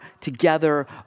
together